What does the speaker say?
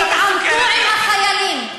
שהתעמתו עם החיילים,